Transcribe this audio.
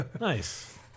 Nice